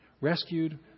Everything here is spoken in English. rescued